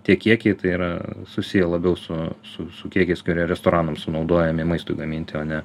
tie kiekiai tai yra susiję labiau su su su kiekiais kurie restoranams sunaudojami maistui gaminti o ne